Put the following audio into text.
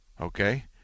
Okay